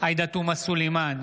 עאידה תומא סלימאן,